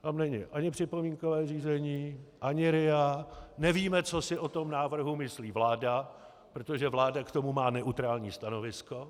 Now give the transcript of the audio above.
Tam není ani připomínkové řízení, ani RIA, nevíme, co si o tom návrhu myslí vláda, protože vláda k tomu má neutrální stanovisko.